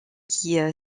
qui